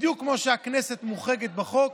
בדיוק כמו שהכנסת מוחרגת בחוק,